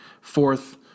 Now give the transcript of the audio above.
fourth